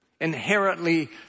inherently